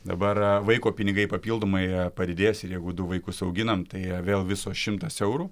dabar vaiko pinigai papildomai padidės ir jeigu du vaikus auginam tai vėl viso šimtas eurų